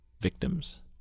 victims